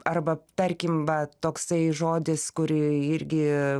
arba tarkim va toksai žodis kurį irgi